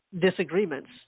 disagreements